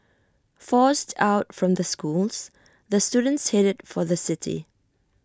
forced out from the schools the students headed for the city